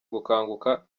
gukanguka